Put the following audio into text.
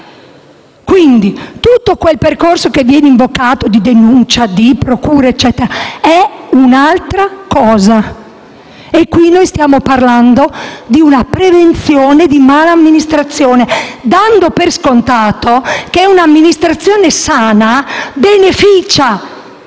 Quindi, tutto quel percorso, che viene invocato, di denuncia e di procure è altra cosa. Qui noi stiamo parlando di una prevenzione di mala amministrazione, dando per scontato che un'amministrazione sana beneficia